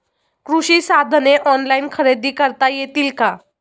कृषी साधने ऑनलाइन खरेदी करता येतील का?